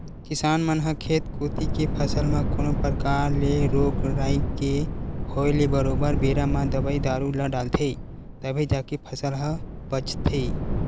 किसान मन ह खेत कोती के फसल म कोनो परकार ले रोग राई के होय ले बरोबर बेरा म दवई दारू ल डालथे तभे जाके फसल ह बचथे